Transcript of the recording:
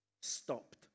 stopped